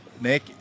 Nick